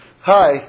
Hi